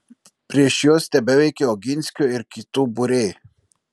prieš juos tebeveikė oginskio ir kitų būriai